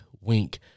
wink